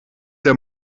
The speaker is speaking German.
der